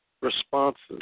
responses